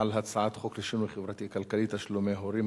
על הצעת חוק לשינוי חברתי-כלכלי (תשלומי הורים),